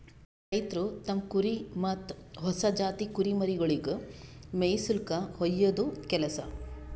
ರೈತ್ರು ತಮ್ಮ್ ಕುರಿ ಮತ್ತ್ ಹೊಸ ಜಾತಿ ಕುರಿಮರಿಗೊಳಿಗ್ ಮೇಯಿಸುಲ್ಕ ಒಯ್ಯದು ಕೆಲಸ